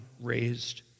raised